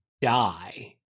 die